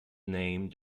name